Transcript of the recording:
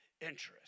interest